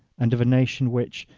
and of a nation which,